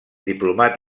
diplomat